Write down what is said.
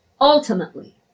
ultimately